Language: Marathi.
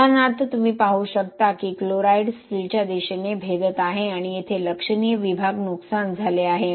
उदाहरणार्थ तुम्ही पाहू शकता की क्लोराईड स्टीलच्या दिशेने भेदत आहे आणि येथे लक्षणीय विभाग नुकसान झाले आहे